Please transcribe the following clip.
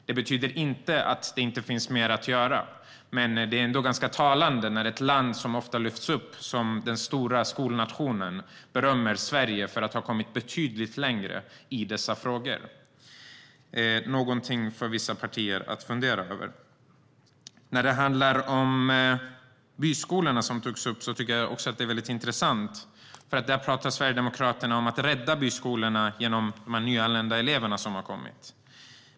Det betyder inte att det inte finns mer att göra, men det är ganska talande när ett land som ofta lyfts upp som den stora skolnationen berömmer Sverige för att ha kommit betydligt längre i dessa frågor. Det är något för vissa partier att fundera över. När det handlar om byskolorna, som togs upp, tycker jag att det är intressant att Sverigedemokraterna pratar om att rädda byskolorna genom de nyanlända elever som har kommit.